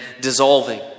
dissolving